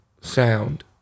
sound